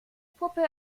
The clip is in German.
puppe